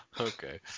Okay